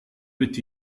with